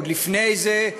עוד לפני זה,